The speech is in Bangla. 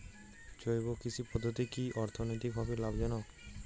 জৈব কৃষি পদ্ধতি কি অর্থনৈতিকভাবে লাভজনক?